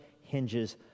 hinges